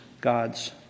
God's